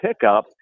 pickup